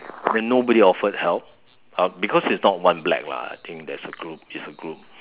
and then nobody offered help uh because it's not one black lah I think there's a group it's a group